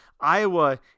Iowa